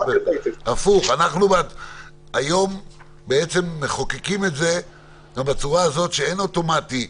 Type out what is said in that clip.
היום בעצם אנחנו מחוקקים את זה בצורה הזאת שאין אוטומטי,